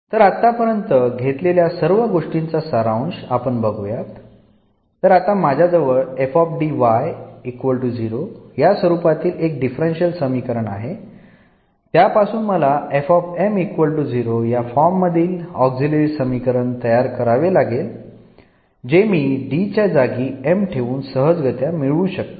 तर आत्तापर्यंत घेतलेल्या सर्व गोष्टींचा सारांश आपण बघूयात तर आता माझ्याजवळ या स्वरूपातील एक डिफरन्शियल समीकरण आहे त्यापासून मला या फॉर्म मधील ऑक्झिलरी समीकरण तयार करावे लागेल जे मी D च्या जागी m ठेवून सहजगत्या मिळू शकतो